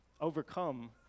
overcome